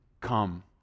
come